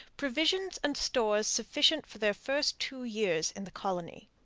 provisions and stores sufficient for their first two years in the colony.